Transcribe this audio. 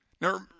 Now